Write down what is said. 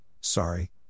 sorry